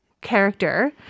character